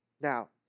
Now